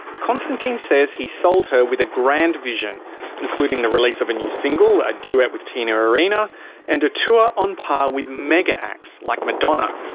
constantine says he sold her with a grand vision including the release of a new single, a duet with tina arena and a tour on par with mega acts like madonna.